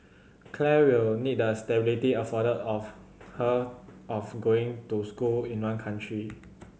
Claire will need the stability afforded of her of going to school in one country